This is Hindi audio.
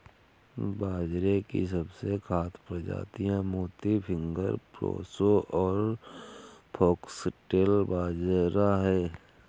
बाजरे की सबसे खास प्रजातियाँ मोती, फिंगर, प्रोसो और फोक्सटेल बाजरा है